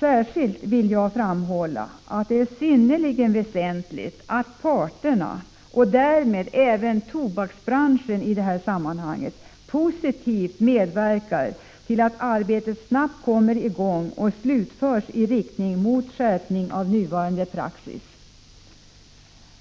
Särskilt vill jag framhålla att det är synnerligen väsentligt att parterna, och därmed även tobaksbranschen, i det här sammanhanget positivt medverkar till att arbetet snabbt kommer i gång och slutförs i riktning mot skärpning av nuvarande praxis.